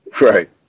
right